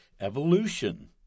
evolution